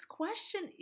question